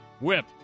Whip